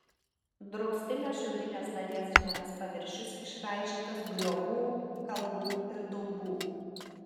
draustinio šiaurinės dalies žemės paviršius išraižytas griovų kalvų ir daubų